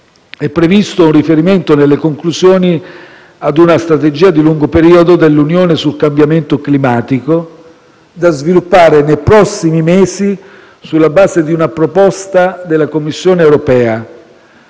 È previsto un riferimento, nelle conclusioni, a una strategia di lungo periodo dell'Unione sul cambiamento climatico da sviluppare nei prossimi mesi sulla base di una proposta della Commissione europea.